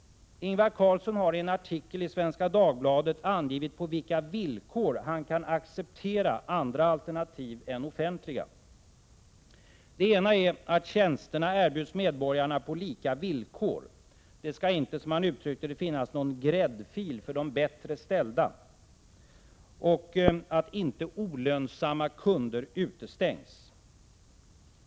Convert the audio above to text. Ingvar Carlsson har i en artikel i Svenska Dagbladet angivit på vilka villkor han kan acceptera andra alternativ än offentliga. Det ena är att tjänsterna erbjuds medborgarna på lika villkor — det skall inte, som han uttryckte det, finnas någon gräddfil för de bättre ställda — och att inte olönsamma kunder utestängs.